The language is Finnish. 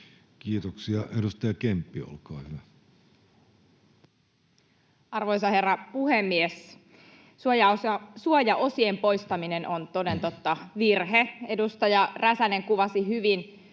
muuttamisesta Time: 23:39 Content: Arvoisa herra puhemies! Suojaosien poistaminen on toden totta virhe. Edustaja Räsänen kuvasi hyvin